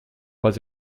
pas